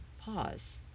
pause